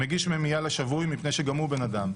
המגיש מימיה לשבוי, מפני שגם הוא בן אדם.